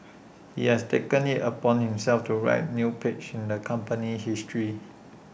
he has taken IT upon himself to write new pages in the company's history